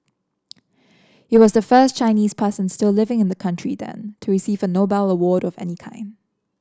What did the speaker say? he was the first Chinese person still living in the country then to receive a Nobel award of any kind